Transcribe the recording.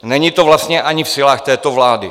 Není to vlastně ani v silách této vlády.